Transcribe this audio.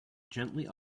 gently